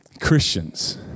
Christians